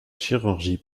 chirurgie